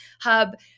Hub